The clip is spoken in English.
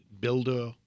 builder